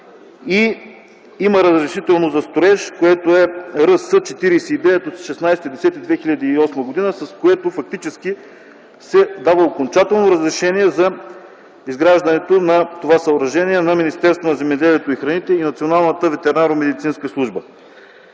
Има разрешително за строеж –№ РС-49 от 16.10.2008 г., с което фактически се дава окончателно разрешение за изграждането на това съоръжение – на Министерството на земеделието и храните и Националната ветеринарномедицинска служба.